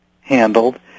handled